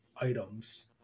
items